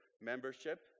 membership